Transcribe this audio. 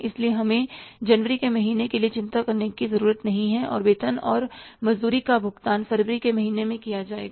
इसलिए हमें जनवरी के महीने के लिए चिंता करने की जरूरत नहीं है कि वेतन और मजदूरी का भुगतान फरवरी के महीने में किया जाएगा